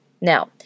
Now